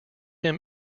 him